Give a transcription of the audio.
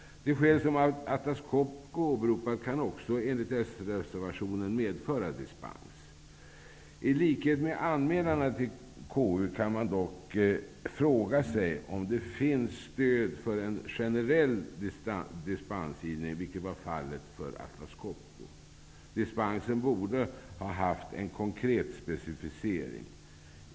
De skäl som Atlas Copco åberopat kan också enligt s-reservationen medföra dispens. I likhet med anmälarna till KU kan man dock fråga sig om det finns stöd för en generell dispensgivning, vilket var fallet för Atlas Copco. Dispensen borde ha haft en konkret specificering.